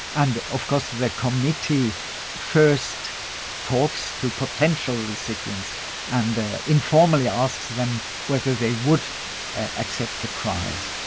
and, of course, the committee first talks to potential recipients and informally asks them whether they would accept the prize.